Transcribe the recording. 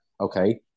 okay